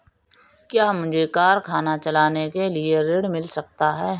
क्या मुझे कारखाना चलाने के लिए ऋण मिल सकता है?